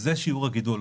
זה שיעור הגידול.